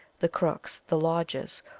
the crookes, the lodges,